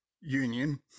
union